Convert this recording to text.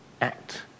act